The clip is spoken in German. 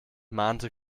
mahnte